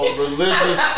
religious